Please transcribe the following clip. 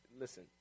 listen